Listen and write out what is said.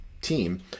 team